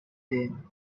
din